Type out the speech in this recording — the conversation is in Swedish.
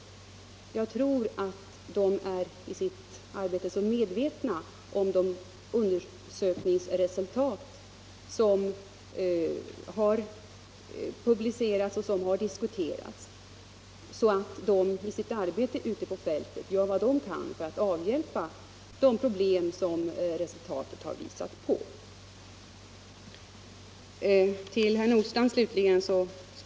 De är säkert i sitt arbete medvetna om de under = Nr 19 sökningsresultat som har publicerats och diskuterats, och ute på fältet Tisdagen den gör de säkerligen vad de kan för att avhjälpa de problem som under = 11 november 1975 sökningsresultaten visar på.